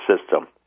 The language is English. system